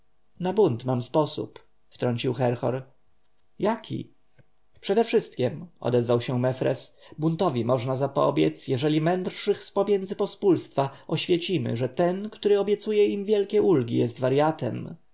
na bunt mam sposób wtrącił herhor jaki przedewszystkiem odezwał się mefres buntowi można zapobiec jeżeli mędrszych z pomiędzy pospólstwa oświecimy że ten który obiecuje im wielkie ulgi jest warjatem